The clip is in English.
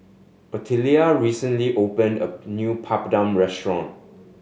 Ottilia recently opened a new Papadum restaurant